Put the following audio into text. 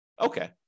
Okay